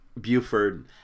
Buford